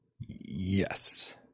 Yes